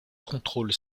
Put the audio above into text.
contrôle